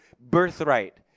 birthright